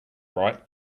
right